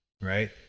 right